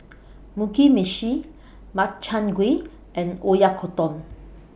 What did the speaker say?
Mugi Meshi Makchang Gui and Oyakodon